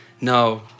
no